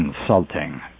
insulting